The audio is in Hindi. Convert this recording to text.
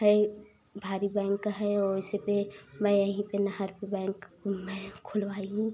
है भारी बैंक है और इसपे मैं यहीं पे नहर पे बैंक मैं खुलवाई हूँ